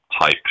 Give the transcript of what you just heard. type